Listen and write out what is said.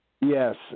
Yes